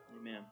Amen